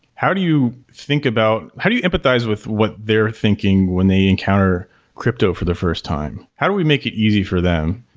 how do you think about how do you empathize with what they're thinking when they encounter crypto for the first time? how do we make it easy for them?